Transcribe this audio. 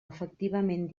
efectivament